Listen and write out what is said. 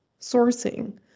sourcing